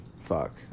fuck